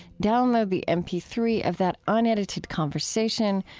download the m p three of that unedited conversation,